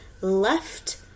left